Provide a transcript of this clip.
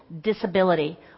disability